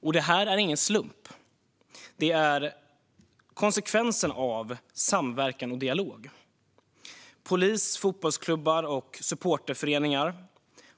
Det är ingen slump. Det är en konsekvens av samverkan och dialog. Polis, fotbollsklubbar och supporterföreningar